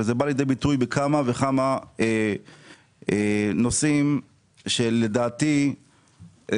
וזה בא לידי ביטוי בכמה וכמה נושאים שלדעתי יכולים